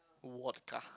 water